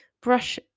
brush